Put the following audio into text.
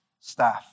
staff